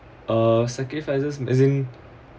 uh sacrifices as in